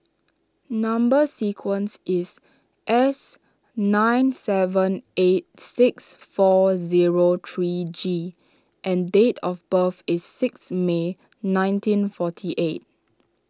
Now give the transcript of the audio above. Number Sequence is S nine seven eight six four zero three G and date of birth is six May nineteen forty eight